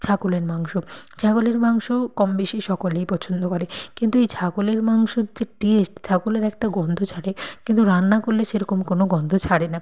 ছাগলের মাংস ছাগলের মাংসও কম বেশি সকলেই পছন্দ করে কিন্তু এই ছাগলের মাংসর যে টেস্ট ছাগলের একটা গন্ধ ছাড়ে কিন্তু রান্না করলে সেরকম কোনও গন্ধ ছাড়ে না